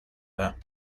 her